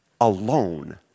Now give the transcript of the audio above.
alone